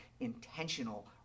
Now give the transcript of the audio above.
intentional